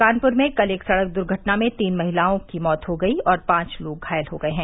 कानपुर में कल एक सड़क दुर्घटना में तीन महिलाओं की मौत हो गयी और पांच लोग घायल हो गये हैं